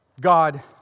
God